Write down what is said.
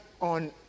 on